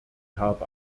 habe